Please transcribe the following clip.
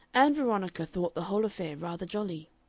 ann veronica thought the whole affair rather jolly.